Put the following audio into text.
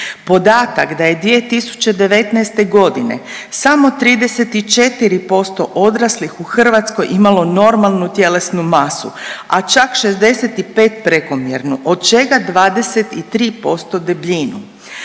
Podatak da je 2019.g. samo 34% odraslih u Hrvatskoj imalo normalnu tjelesnu masu, a čak 65 prekomjernu, od čega 23% debljinu.